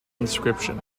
inscription